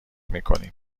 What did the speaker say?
میکنیم